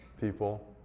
people